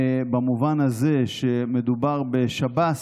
במובן הזה שמדובר בשב"ס,